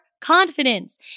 confidence